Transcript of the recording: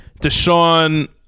Deshaun